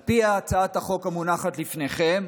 על פי הצעת החוק המונחת בפניכם,